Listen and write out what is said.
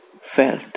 Felt